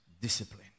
discipline